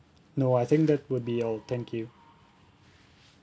no I think that would be all thank you